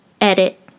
edit